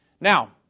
Now